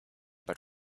but